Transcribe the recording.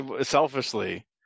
selfishly